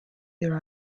there